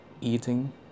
eating